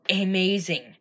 amazing